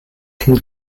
can